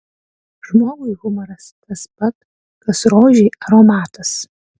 žmogui humoras tas pat kas rožei aromatas